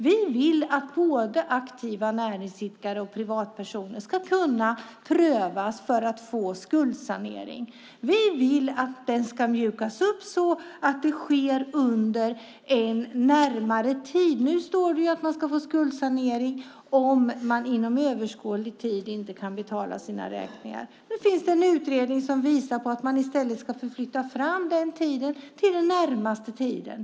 Vi vill att både aktiva näringsidkare och privatpersoner ska kunna prövas för att få skuldsanering. Vi vill att den ska mjukas upp så att skuldsaneringen sker under en närmare tid. Nu står det att man ska få skuldsanering om man inte kan betala sina räkningar inom överskådlig. Det finns en utredning som visar på att man i stället ska ändra den tiden till den närmaste tiden.